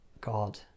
God